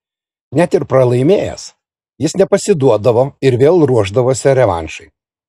net ir pralaimėjęs jis nepasiduodavo ir vėl ruošdavosi revanšui